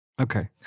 Okay